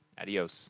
Adios